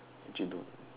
Jidu